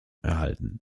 erhalten